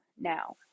now